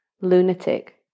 lunatic